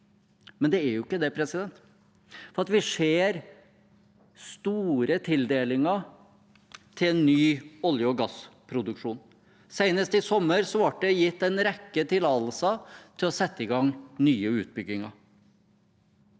Men den er jo ikke det. Vi ser store tildelinger til ny olje- og gassproduksjon. Senest i sommer ble det gitt en rekke tillatelser til å sette i gang nye utbygginger.